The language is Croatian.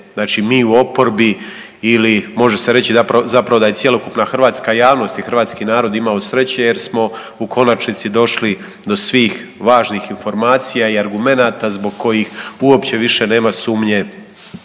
znači mi u oporbi ili može se reći zapravo da je cjelokupna Hrvatska javnost i Hrvatski narod imali sreće, jer smo u konačnici došli do svih važnih informacija i argumenata zbog kojih uopće više nema sumnje